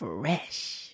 Fresh